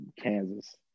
Kansas